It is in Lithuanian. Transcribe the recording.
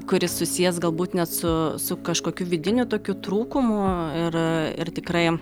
kuris susijęs galbūt net su su kažkokiu vidiniu tokiu trūkumu ir ir tikrai